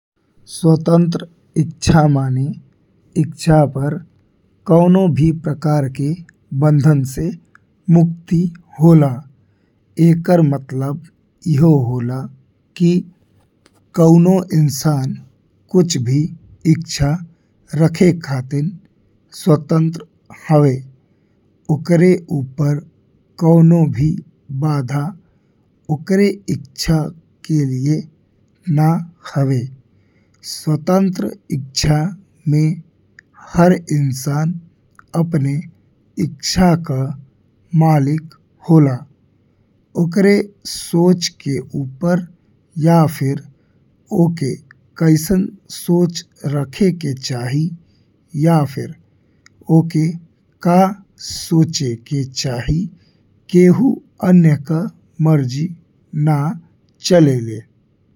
स्वतंत्र इच्छा माने इच्छा पर कउनो भी प्रकार के बंधन से मुक्ति होला। एकर मतलब इहो होला कि कउनो इंसान कुछ भी इच्छा राखे खातीं स्वतंत्र हवे ओकर ऊपर कउनो भी बाधा ओकर इच्छा के लिए न हवे। स्वतंत्र इच्छा में हर इंसान अपना इच्छा के मालिक होला ओकर सोच के ऊपर या फिर ओकर कइसन सोच राखे के चाही या फिर ओकर का सोचे के चाही कऊनो अइंया के मर्जी न चलेले।